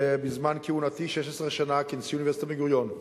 בזמן כהונתי, 16 שנה, כנשיא אוניברסיטת בן-גוריון,